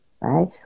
right